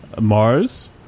Mars